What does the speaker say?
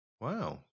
Wow